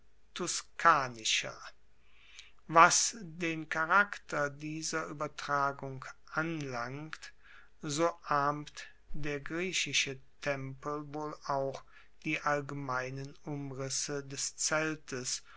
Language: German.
tuscanischer was den charakter dieser uebertragung anlangt so ahmt der griechische tempel wohl auch die allgemeinen umrisse des zeltes